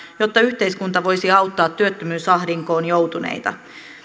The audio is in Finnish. jotta yhteiskunta voisi auttaa työttömyysahdinkoon joutuneita